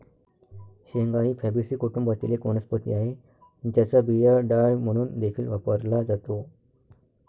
शेंगा ही फॅबीसी कुटुंबातील एक वनस्पती आहे, ज्याचा बिया डाळ म्हणून देखील वापरला जातो